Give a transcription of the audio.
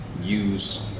use